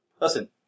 Listen